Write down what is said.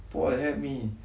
paul help me